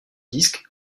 disque